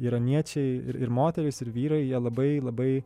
iraniečiai ir moterys ir vyrai jie labai labai